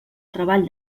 treball